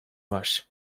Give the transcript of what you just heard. var